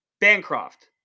Bancroft